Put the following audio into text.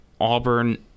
Auburn